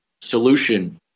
solution